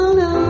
no